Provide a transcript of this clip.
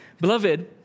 Beloved